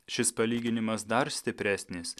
šis palyginimas dar stipresnis